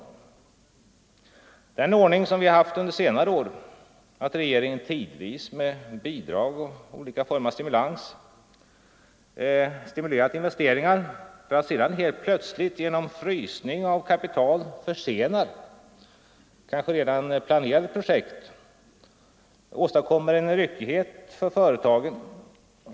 I den ordning vi har haft under senare år har regeringen tidvis med bidrag och på annat sätt stimulerat investeringar för att sedan helt plötsligt genom frysning av kapital försena kanske redan planerade projekt och åstadkomma en ryckighet för företagen.